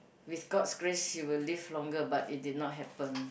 with god's grace he will live longer but it did not happen